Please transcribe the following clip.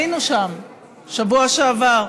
היינו שם בשבוע שעבר.